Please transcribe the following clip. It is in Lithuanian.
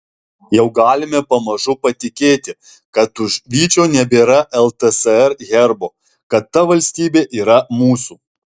jau galime pamažu patikėti kad už vyčio nebėra ltsr herbo kad ta valstybė yra mūsų